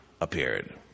appeared